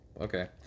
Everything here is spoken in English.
Okay